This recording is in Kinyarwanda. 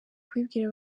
kubibwira